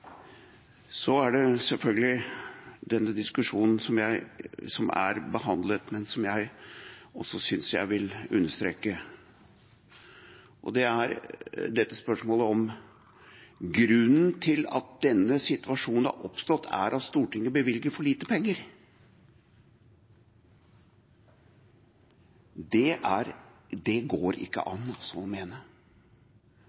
Så er det selvfølgelig den saken som er behandlet, men som jeg også vil understreke, og som er knyttet til denne påstanden: Grunnen til at denne situasjonen har oppstått, er at Stortinget bevilger for lite penger. Det går det ikke